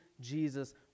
jesus